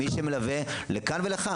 מי שמלווה לכאן ולכאן,